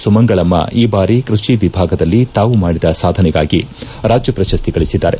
ಸುಮಂಗಳಮ್ಮ ಈ ಬಾರಿ ಕೈಷಿ ವಿಭಾಗದಲ್ಲಿ ತಾವು ಮಾಡಿದ ಸಾಧನೆಗಾಗಿ ರಾಜ್ಯ ಪ್ರಶಸ್ತಿ ಗಳಿಸಿದ್ದಾರೆ